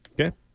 Okay